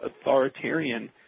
authoritarian